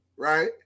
Right